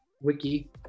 Wiki